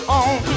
on